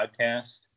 Podcast